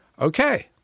okay